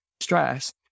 stress